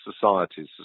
societies